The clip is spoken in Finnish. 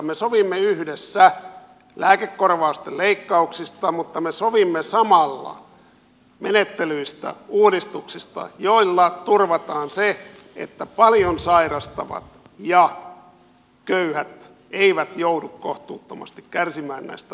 me sovimme yhdessä lääkekorvausten leikkauksista mutta me sovimme samalla menettelyistä uudistuksista joilla turvataan se että paljon sairastavat ja köyhät eivät joudu kohtuuttomasti kärsimään näistä uudistuksista